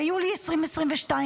"ביולי 2022",